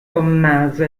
tommaso